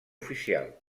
oficial